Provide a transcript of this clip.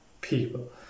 people